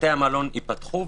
בתי המלון ייפתחו,